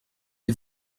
est